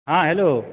हँ हेलो